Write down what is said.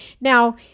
Now